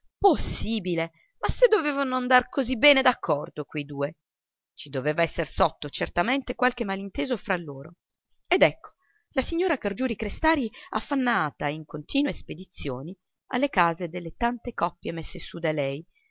possibile ma se dovevano andar così bene d'accordo quei due ci doveva esser sotto certamente qualche malinteso fra loro ed ecco la signora cargiuri-crestari affannata in continue spedizioni alle case delle tante coppie messe su da lei